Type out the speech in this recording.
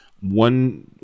One